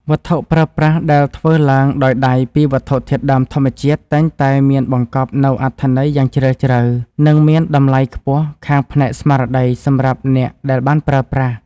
វត្ថុប្រើប្រាស់ដែលធ្វើឡើងដោយដៃពីវត្ថុធាតុដើមធម្មជាតិ តែងតែមានបង្កប់នូវអត្ថន័យយ៉ាងជ្រាលជ្រៅ និង មានតម្លៃខ្ពស់ខាងផ្នែកស្មារតីសម្រាប់អ្នកដែលបានប្រើប្រាស់។